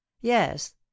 Yes